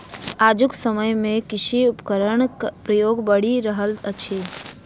आजुक समय मे कृषि उपकरणक प्रयोग बढ़ि रहल अछि